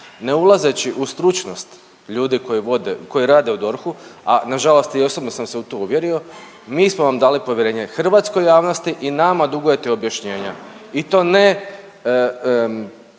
Ne ulazeći u stručnost ljudi koji vode, koji rade u DORH-u, a nažalost i osobno sam se u to uvjerio, mi smo vam dali povjerenje, hrvatskoj javnosti i nama dugujete objašnjenja i to ne,